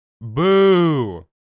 Boo